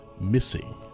missing